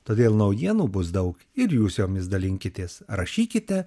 todėl naujienų bus daug ir jūs jomis dalinkitės rašykite